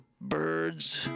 birds